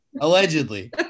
allegedly